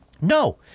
No